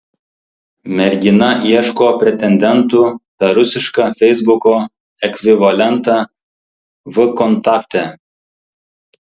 mergina ieško pretendentų per rusišką feisbuko ekvivalentą vkontakte